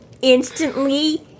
instantly